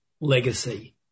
legacy